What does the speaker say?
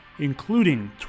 including